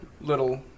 little